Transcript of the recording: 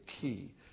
key